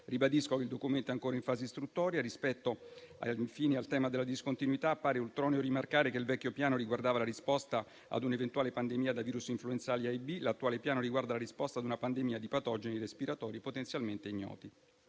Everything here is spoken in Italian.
Ribadisco che il documento è ancora in fase istruttoria. Rispetto infine al tema della discontinuità, appare ultroneo rimarcare che il vecchio piano riguardava la risposta ad un'eventuale pandemia da virus influenzali A e B, mentre l'attuale piano riguarda la risposta ad una pandemia di patogeni respiratori potenzialmente ignoti.